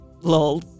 Lol